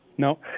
No